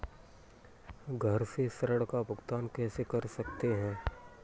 घर से ऋण का भुगतान कैसे कर सकते हैं?